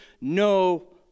no